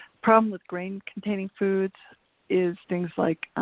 problem with grain-containing foods is things like,